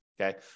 okay